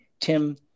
Tim